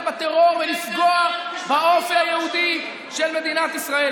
בטרור ולפגוע באופי היהודי של מדינת ישראל.